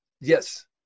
Yes